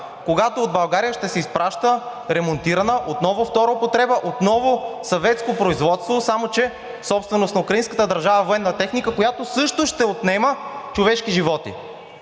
когато от България ще се изпраща ремонтирана военна техника – отново втора употреба, отново съветско производство, само че собственост на украинската държава, която също ще отнема човешки животи?